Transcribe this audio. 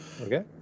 Okay